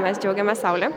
mes džiaugiamės saule